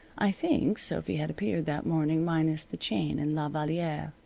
i think sophy had appeared that morning minus the chain and la valliere.